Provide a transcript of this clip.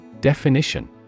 Definition